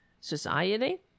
society